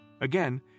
Again